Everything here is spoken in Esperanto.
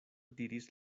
diris